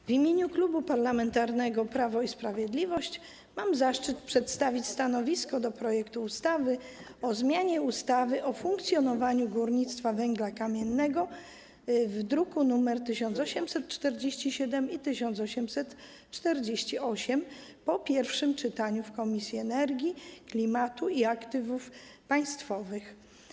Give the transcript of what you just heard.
W imieniu Klubu Parlamentarnego Prawo i Sprawiedliwość mam zaszczyt przedstawić stanowisko wobec projektu ustawy o zmianie ustawy o funkcjonowaniu górnictwa węgla kamiennego, druki nr 1847 i 1848, po pierwszym czytaniu w Komisji do Spraw Energii, Klimatu i Aktywów Państwowych.